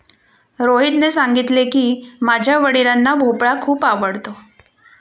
रोहितने सांगितले की, माझ्या वडिलांना भोपळा खूप आवडतो